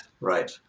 Right